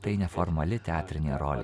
tai neformali teatrinė rolė